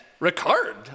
ricard